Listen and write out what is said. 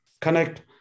connect